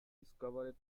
discovered